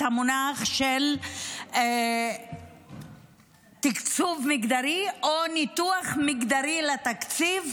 המונח תקצוב מגדרי או ניתוח מגדרי לתקציב,